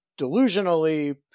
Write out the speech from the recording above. delusionally